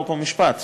חוק ומשפט,